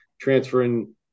transferring